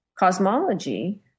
cosmology